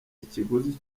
ikiguzi